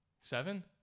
Seven